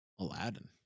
Aladdin